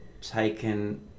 taken